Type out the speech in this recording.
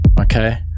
okay